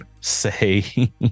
say